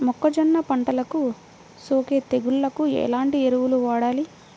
మొక్కజొన్న పంటలకు సోకే తెగుళ్లకు ఎలాంటి ఎరువులు వాడాలి?